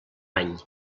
any